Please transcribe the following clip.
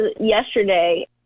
yesterday